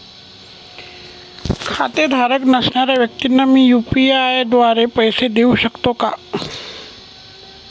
खातेधारक नसणाऱ्या व्यक्तींना मी यू.पी.आय द्वारे पैसे देऊ शकतो का?